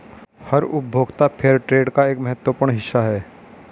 हर उपभोक्ता फेयरट्रेड का एक महत्वपूर्ण हिस्सा हैं